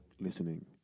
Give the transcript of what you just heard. listening